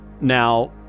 Now